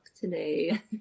today